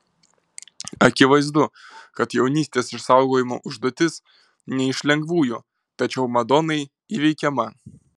akivaizdu kad jaunystės išsaugojimo užduotis ne iš lengvųjų tačiau madonai įveikiama